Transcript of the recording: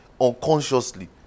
unconsciously